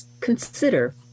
consider